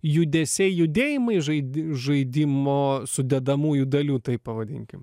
judesiai judėjimai žaidi žaidimo sudedamųjų dalių taip pavadinkim